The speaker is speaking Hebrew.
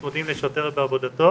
הם צמודים לשוטר בעבודתו